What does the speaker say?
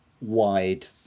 wide